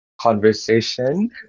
conversation